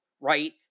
right